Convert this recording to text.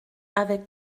avec